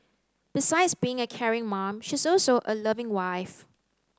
besides being a caring mom she's also a loving wife